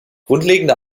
grundlegende